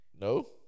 No